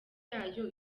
yayo